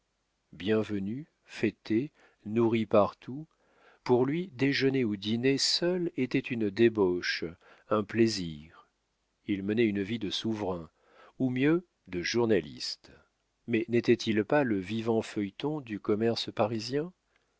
bienvenu fêté nourri partout pour lui déjeuner ou dîner seul était une débauche un plaisir il menait une vie de souverain ou mieux de journaliste mais n'était-il pas le vivant feuilleton du commerce parisien